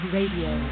Radio